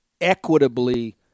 equitably